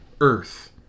Earth